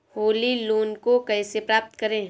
Holi loan को कैसे प्राप्त करें?